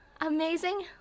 amazing